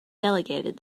delegated